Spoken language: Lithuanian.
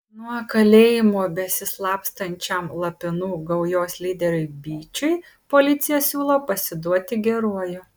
nuo kalėjimo besislapstančiam lapinų gaujos lyderiui byčiui policija siūlo pasiduoti geruoju